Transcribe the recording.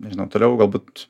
nežinau toliau galbūt